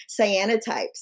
cyanotypes